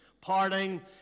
parting